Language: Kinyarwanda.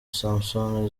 samson